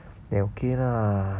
then okay lah